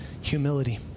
Humility